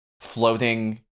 floating